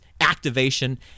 activation